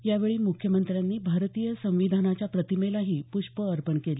यावेळी म्रख्यमंत्र्यांनी भारतीय संविधानाच्या प्रतिमेलाही पृष्पं अर्पण केली